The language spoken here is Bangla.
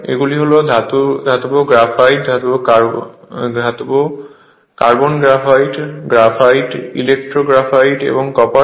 এগুলি হল ধাতব graphite carbon graphite graphite electro graphite এবং কপার